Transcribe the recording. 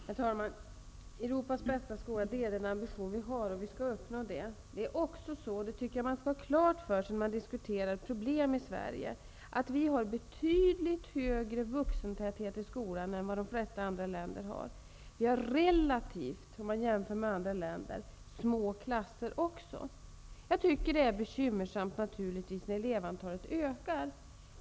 Herr talman! Europas bästa skola är den ambition som vi har, och det målet skall vi uppnå. Vi har en betydligt större vuxentäthet i skolan än man har i de flesta andra länder. Vid en jämförelse med andra länder har vi också små klasser. Jag tycker naturligtvis att det är bekymmersamt när elevantalet ökar.